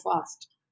fast